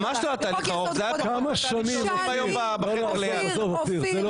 ממש לא היה תהליך ארוך, זה היה